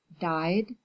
died